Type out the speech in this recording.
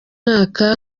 mwaka